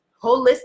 holistic